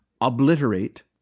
obliterate